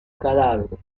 cadáveres